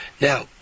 Now